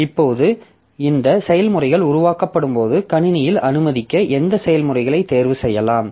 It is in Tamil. இப்போது இந்த செயல்முறைகள் உருவாக்கப்படும்போது கணினியில் அனுமதிக்க எந்த செயல்முறைகளை தேர்வு செய்யலாம்